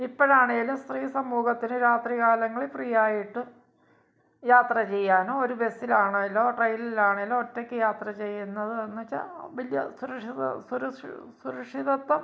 ഇപ്പഴാണേലും സ്ത്രീ സമൂഹത്തിൽ രാത്രി കാലങ്ങളിൽ ഫ്രീ ആയിട്ട് യാത്ര ചെയ്യാനോ ഒരു ബസിലാണെലോ ട്രെയിനിലാണെലോ ഒറ്റയ്ക്ക് യാത്ര ചെയ്യുന്നത് എന്നുവച്ച് വലിയ സുരക്ഷ സുരക്ഷി സുരക്ഷിതത്വം